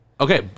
Okay